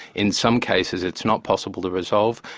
in some cases it's not possible to resolve,